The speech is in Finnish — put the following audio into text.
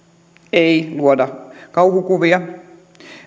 ei luoda kauhukuvia